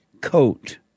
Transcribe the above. coat